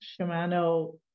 Shimano